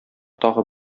тагы